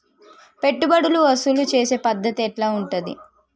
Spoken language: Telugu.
పెట్టుబడులు వసూలు చేసే పద్ధతి ఎట్లా ఉంటది?